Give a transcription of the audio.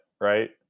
right